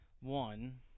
One